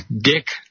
Dick